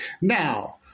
Now